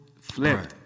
flipped